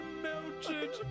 melted